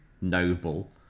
noble